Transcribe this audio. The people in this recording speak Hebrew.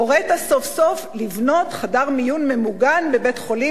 הורית סוף-סוף לבנות חדר מיון ממוגן בבית-חולים